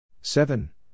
Seven